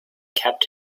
kept